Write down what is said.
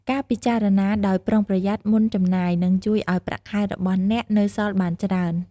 ការពិចារណាដោយប្រុងប្រយ័ត្នមុនចំណាយ នឹងជួយឲ្យប្រាក់ខែរបស់អ្នកនៅសល់បានច្រើន។